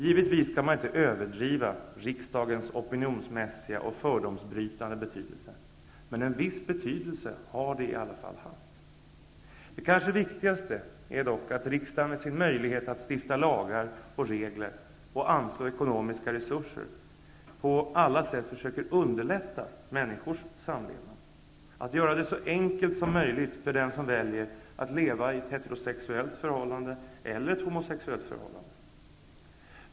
Givetvis skall man inte överdriva riksdagens opinionsmässiga och fördomsbrytande betydelse, men en viss betydelse har riksdagen i alla fall haft. Det kanske viktigaste är dock att riksdagen med sin möjlighet att stifta lagar och anslå ekonomiska resurser på alla sätt försöker underlätta människors samlevnad, att göra det så enkelt som möjligt för den som väljer att leva i ett heterosexuellt förhållande eller i ett homosexuellt förhållande.